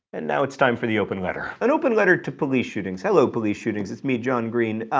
and now it's time for the open letter. an open letter to police shootings hello, police shootings. it's me, john green.